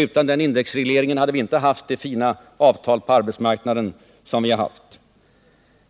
Utan den indexregleringen hade vi inte haft det fina avtal på arbetsmarknaden som vi haft.